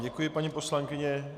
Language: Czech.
Děkuji vám, paní poslankyně.